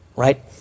Right